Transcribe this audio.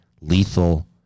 lethal